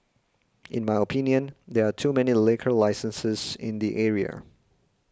in my opinion there are too many liquor licenses in the area